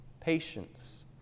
patience